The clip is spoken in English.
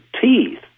teeth